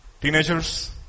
teenagers